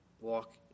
walk